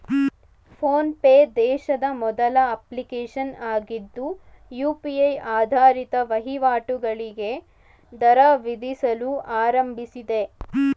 phone pay ದೇಶದ ಮೊದಲ application ಆಗಿದ್ದು ಯು.ಪಿ.ಐ ಆಧಾರಿತ ವಹಿವಾಟುಗಳಿಗೆ ದರ ವಿಧಿಸಲು ಆರಂಭಿಸಿದೆ